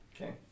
Okay